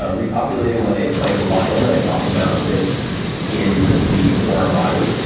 ah repopulating my microbiome, and i talk about this in the four hour body